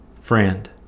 Friend